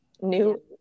new